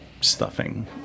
stuffing